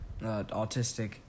autistic